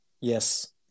yes